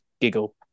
Giggle